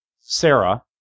Sarah